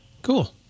Cool